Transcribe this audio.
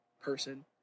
person